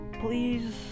please